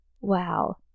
Wow